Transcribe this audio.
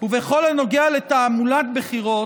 ובכל הנוגע לתעמולת בחירות,